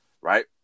right